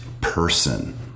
Person